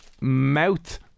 mouth